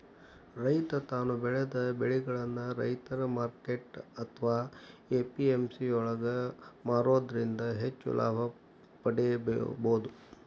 ರೈತ ತಾನು ಬೆಳೆದ ಬೆಳಿಗಳನ್ನ ರೈತರ ಮಾರ್ಕೆಟ್ ಅತ್ವಾ ಎ.ಪಿ.ಎಂ.ಸಿ ಯೊಳಗ ಮಾರೋದ್ರಿಂದ ಹೆಚ್ಚ ಲಾಭ ಪಡೇಬೋದು